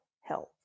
health